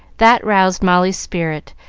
that roused molly's spirit,